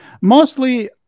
mostly